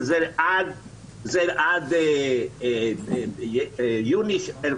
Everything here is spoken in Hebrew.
וזה עד יוני 2021,